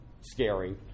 scary